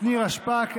נירה שפק,